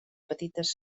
petites